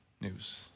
news